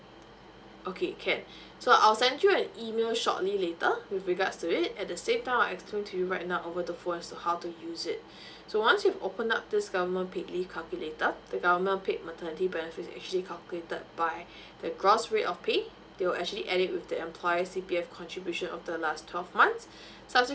okay can so I'll send you an email shortly later with regards to it at the same time I'll explain to you right now over the phone so how to use it so once you open up this government paid leave calculator the government paid maternity benefit is actually calculated by the gross rate of pay they will actually add it with the employer C_P_F contribution of the last twelve months subsequently